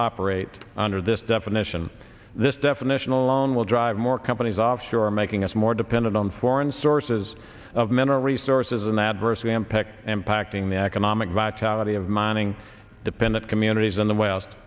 operate under this definition this definition alone will drive more companies offshore making us more dependent on foreign sources of mineral resources in that verse and peck impacting the economic vitality of mining dependent communities in the west